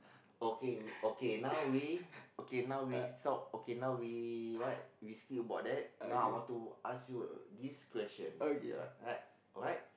okay okay now we okay now we stop okay now we what we skip about that now I want to ask you this question okay right right right